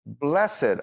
Blessed